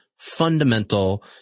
fundamental